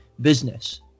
business